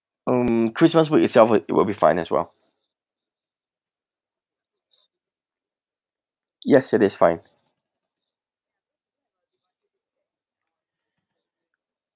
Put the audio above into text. um christmas week itself will be will be fine as well yes it is fine